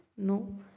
No